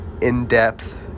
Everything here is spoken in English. in-depth